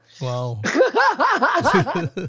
Wow